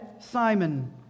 Simon